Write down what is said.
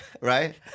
right